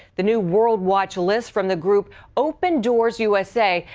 the new world-watch list from the group open doors u s a.